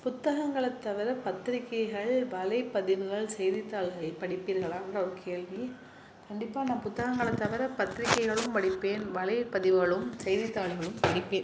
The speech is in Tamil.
புத்தகங்களை தவிர பத்திரிக்கைகள் வலைப்பதிவுகள் செய்தித்தாள்களை படிப்பீர்களாகிற ஒரு கேள்வி கண்டிப்பாக நான் புத்தகங்களை தவிர பத்திரிக்கைகளும் படிப்பேன் வலைப்பதிவுகளும் செய்தித்தாள்களும் படிப்பேன்